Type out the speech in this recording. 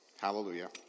hallelujah